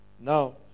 now